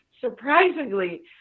surprisingly